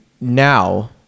now